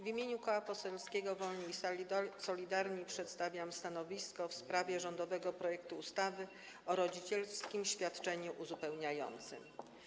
W imieniu Koła Poselskiego Wolni i Solidarni przedstawiam stanowisko w sprawie rządowego projektu ustawy o rodzicielskim świadczeniu uzupełniającym.